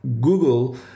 Google